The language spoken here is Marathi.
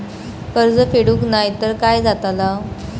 कर्ज फेडूक नाय तर काय जाताला?